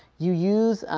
you use